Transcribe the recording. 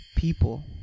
People